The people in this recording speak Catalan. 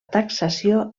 taxació